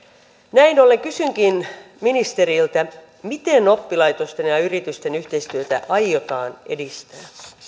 näin ollen kysynkin ministeriltä miten oppilaitosten ja ja yritysten yhteistyötä aiotaan edistää